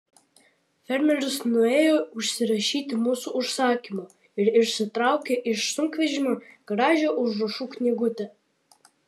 fermeris nuėjo užsirašyti mūsų užsakymo ir išsitraukė iš sunkvežimio gražią užrašų knygutę